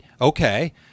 okay